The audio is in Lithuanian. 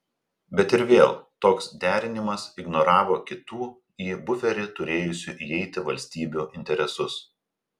bet ir vėl toks derinimas ignoravo kitų į buferį turėjusių įeiti valstybių interesus